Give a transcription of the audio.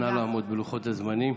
נא לעמוד בלוחות הזמנים.